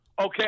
okay